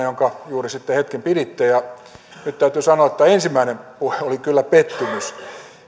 jonka juuri sitten hetken piditte ja nyt täytyy sanoa että ensimmäinen puhe oli kyllä pettymys